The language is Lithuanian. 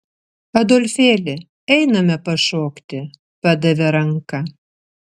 adolfėli einame pašokti padavė ranką